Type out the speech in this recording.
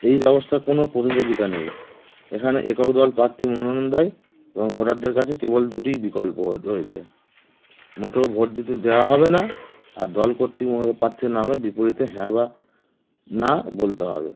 এই ব্যবস্থার কোনো প্রতিযোগিতা নেই এখানে একক দল প্রার্থী মনোনয়ন দেয় এবং ভোটারদের কাছে কেবল দুটিই বিকল্প রয়েছে মোটো ভোট দিতে দেওয়া হবে না আর দল কর্ত্রী পার্থীর নামে বিপরীতে হ্যাঁ বা না বলতে হবে